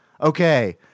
Okay